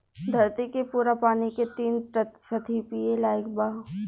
धरती के पूरा पानी के तीन प्रतिशत ही पिए लायक बा